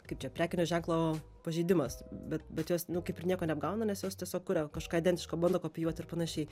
kaip čia prekinio ženklo pažeidimas bet bet jos nu kaip ir nieko neapgauna nes jos tiesiog kuria kažką identiško bando kopijuoti ir panašiai